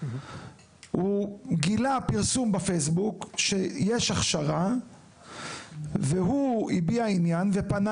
הוא גילה פרסום בפייסבוק שיש הכשרה והוא הביע עניין ופנה